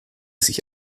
sich